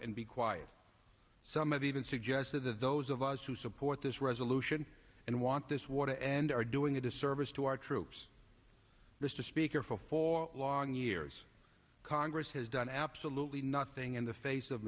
and be quiet some of even suggested that those of us who support this resolution and want this war to end are doing a disservice to our troops mr speaker for four long years congress has done absolutely nothing in the face of